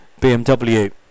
BMW